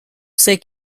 sais